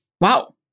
Wow